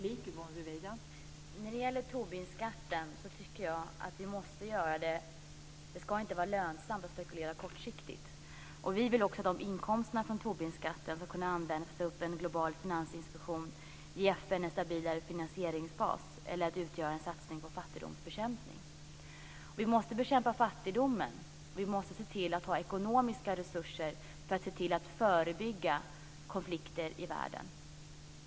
Fru talman! När det gäller Tobinskatten tycker jag att det inte ska vara lönsamt att spekulera kortsiktigt. Vi vill också att inkomsterna från Tobinskatten ska kunna användas för att sätta upp en global finansinspektion, för att ge FN en stabilare finansieringsbas eller för att utgöra en satsning på fattigdomsbekämpning. Vi måste bekämpa fattigdomen. Vi måste se till att ha ekonomiska resurser för att förebygga konflikter i världen.